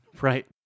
Right